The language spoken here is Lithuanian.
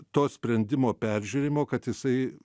to sprendimo peržiūrėjimo kad jisai